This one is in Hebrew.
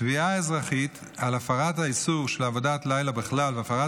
תביעה אזרחית על הפרת האיסור של עבודת לילה בכלל והפרת